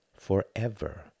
Forever